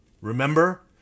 Remember